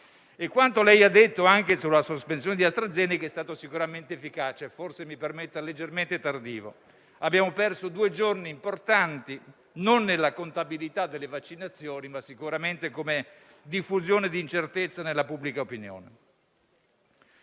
Ciò che lei ha detto sulla sospensione di AstraZeneca è stato sicuramente efficace; forse - mi permetta - leggermente tardivo: abbiamo perso due giorni importanti, non nella contabilità delle vaccinazioni, ma sicuramente come diffusione di incertezza nella pubblica opinione.